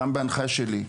גם בהנחיה שלי.